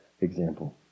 example